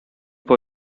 for